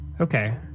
okay